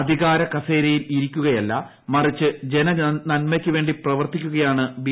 അധികാര കസേരയിൽ ഇരിക്കുകയല്ല മറിച്ച് ജന നന്മയ്ക്കുവേണ്ടി പ്രവർത്തിക്കുകയാണ് ബി